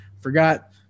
forgot